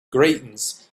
greetings